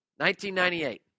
1998